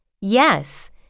Yes